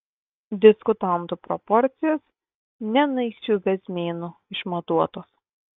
diskutantų proporcijos ne naisių bezmėnu išmatuotos